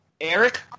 Eric